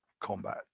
combat